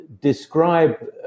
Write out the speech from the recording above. Describe